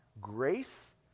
Grace